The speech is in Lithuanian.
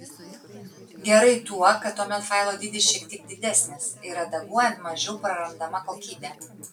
gerai tuo kad tuomet failo dydis šiek tiek didesnis ir redaguojant mažiau prarandama kokybė